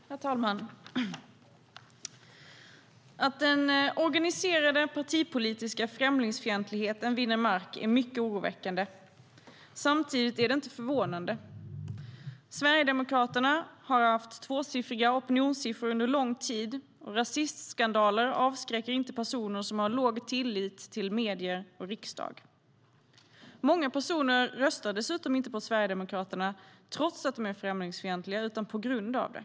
Herr talman! Att den organiserade partipolitiska främlingsfientligheten vinner mark är mycket oroväckande. Samtidigt är det inte förvånande. Sverigedemokraterna har haft tvåsiffriga opinionssiffror under lång tid, och rasistskandaler avskräcker inte personer som har låg tillit till medier och riksdag. Många personer röstar dessutom inte på Sverigedemokraterna trots att de är främlingsfientliga utan på grund av det.